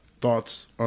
Thoughts